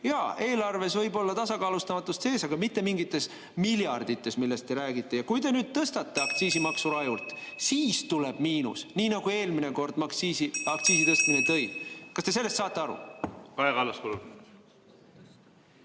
Jaa, eelarves võib olla tasakaalustamatust sees, aga mitte mingites miljardites, millest te räägite. Ja kui te nüüd tõstate aktsiisimaksu rajult, siis tuleb miinus, nii nagu eelmine kord aktsiisi tõstmine tõi. Kas te sellest saate aru? Kaja Kallas,